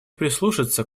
прислушаться